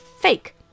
fake